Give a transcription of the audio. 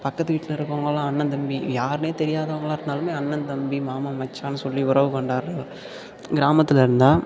பக்கத்து வீட்டில் இருக்கறவங்களாம் அண்ணன் தம்பி யாருனே தெரியாதவங்களாக இருந்தாலுமே அண்ணன் தம்பி மாமன் மச்சான்னு சொல்லி உறவு கொண்டாடுற கிராமத்தில் இருந்தால்